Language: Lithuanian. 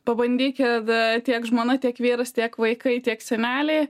pabandykit a tiek žmona tiek vyras tiek vaikai tiek seneliai